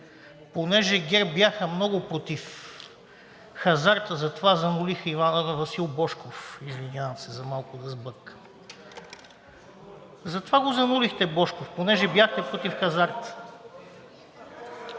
Понеже ГЕРБ бяха много против хазарта, затова занулиха Ивааа…, Васил Божков, извинявам се, за малко да сбъркам. Затова го занулихте Божков, понеже бяхте против хазарта.